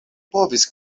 povis